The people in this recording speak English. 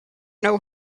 know